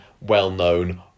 well-known